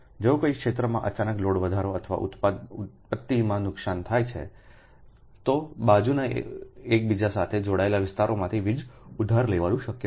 જો કોઈ ક્ષેત્રમાં અચાનક લોડ વધારો અથવા ઉત્પત્તિમાં નુકસાન થાય છે તો બાજુના એકબીજા સાથે જોડાયેલા વિસ્તારોમાંથી વીજ ઉધાર લેવાનું શક્ય છે